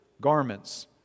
garments